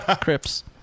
Crips